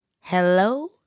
Hello